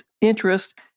interest